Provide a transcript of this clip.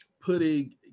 putting